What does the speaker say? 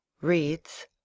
reads